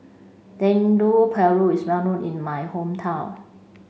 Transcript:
Dendeng Paru is well known in my hometown